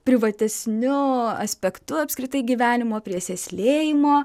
privatesniu aspektu apskritai gyvenimo prie sėlsėjimo